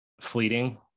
fleeting